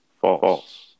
False